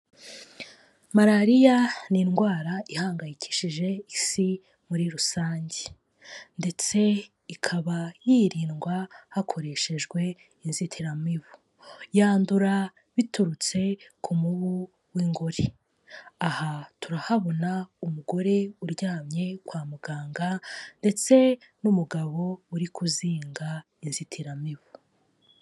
Malariya ni indwara ihangayikishije Isi muri rusange ndetse ikaba yirindwa hakoreshejwe inzitiramibu, yandura biturutse ku mubu w'ingori, aha turahabona umugore uryamye kwa muganga ndetse n'umugabo uri kuzinga inzitiramibu.